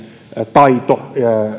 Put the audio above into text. taito